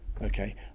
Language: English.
okay